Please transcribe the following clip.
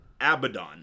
Abaddon